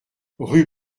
rue